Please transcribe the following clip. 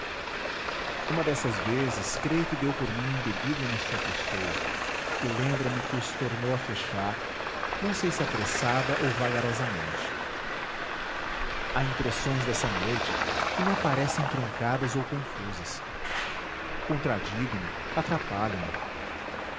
uma dessas vezes creio que deu por mim embebido na sua pessoa e lembra-me que os tornou a fechar não sei se apressada ou vagarosamente há impressões dessa noite que me aparecem truncadas ou confusas contradigo me atrapalho me uma